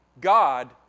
God